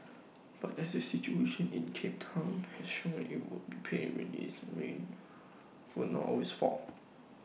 but as the situation in cape Town has shown IT would pay to realise that rain will not always fall